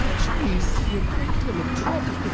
our trees see a great deal of trouble